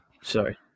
Sorry